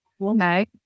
Okay